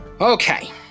okay